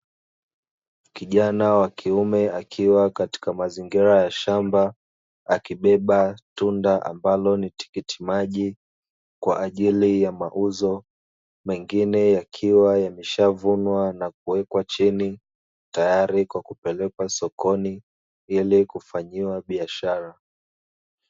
Kijana wa kiume, akiwa katika mazingira ya shamba, akibeba tunda ambalo ni tikiti maji kwa ajili ya mauzo, mengine yakiwa yameshavunwa na kuwekwa chini tayari kwa kupelekwa sokoni ili kufanyiwa biashara.